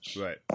Right